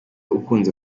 ukunze